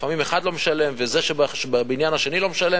לפעמים אחד לא משלם וזה שבבניין השני לא משלם